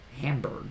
Hamburg